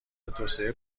توسعه